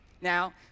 Now